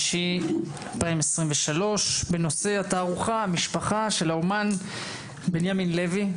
8.5.2023. בנושא התערוכה "המשפחה" של האומן בנימין לוי,